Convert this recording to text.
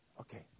Okay